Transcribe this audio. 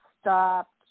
stopped